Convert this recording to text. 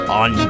on